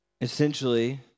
Essentially